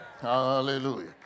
Hallelujah